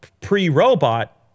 pre-robot